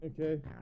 Okay